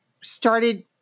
started